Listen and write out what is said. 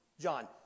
John